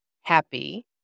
happy